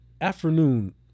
afternoon